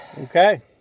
Okay